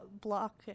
block